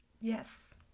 Yes